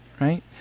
right